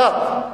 אחת.